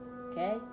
okay